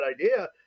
idea